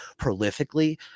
prolifically